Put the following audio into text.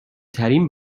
ترین